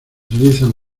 utilizan